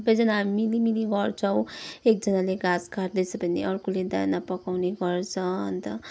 सबैजना मिलिमिलि गर्छौँ एकजनाले घाँस काट्दैछ भने अर्कोले दाना पकाउने गर्छ अन्त